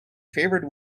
favored